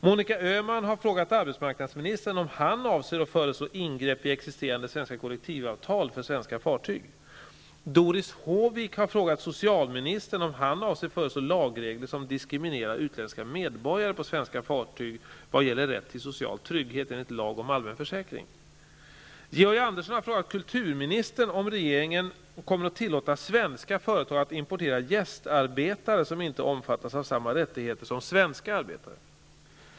Monica Öhman har frågat arbetsmarknadsministern om han avser att föreslå ingrepp i existerande svenska kollektivavtal för svenska fartyg. Doris Håvik har frågat socialministern om han avser att föreslå lagregler som diskriminerar utländska medborgare på svenska fartyg i vad gäller rätt till social trygghet enligt lag om allmän försäkring. Georg Andersson har frågat kulturministern om regeringen kommer att tillåta svenska företag att importera gästarbetare som inte omfattas av samma rättigheter som svenska arbetare.